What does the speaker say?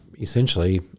essentially